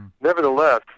nevertheless